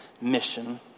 mission